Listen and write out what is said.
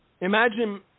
Imagine